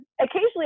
occasionally